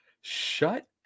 Shut